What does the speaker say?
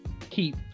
keep